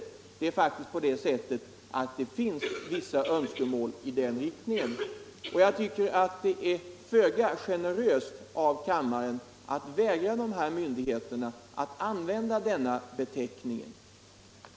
Det är faktiskt på det sättet att det finns vissa önskemål i den riktningen och jag tycker att det är föga generöst av kammaren att vägra de här myndigheterna att använda denna beteckning.